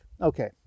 Okay